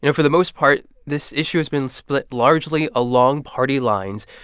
you know for the most part, this issue has been split largely along party lines.